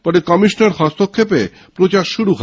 পরে কমিশনের হস্তক্ষেপে প্রচার শুরু হয়